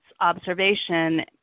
observation